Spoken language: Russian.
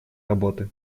работы